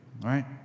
right